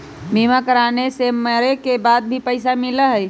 बीमा कराने से मरे के बाद भी पईसा मिलहई?